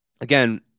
again